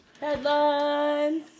Headlines